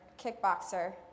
kickboxer